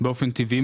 באופן טבעי.